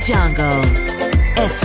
Jungle